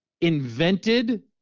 invented